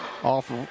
Off